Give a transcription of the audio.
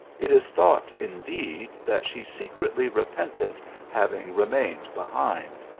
it is thought, indeed, that she secretly repented having remained behind.